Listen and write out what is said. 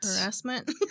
harassment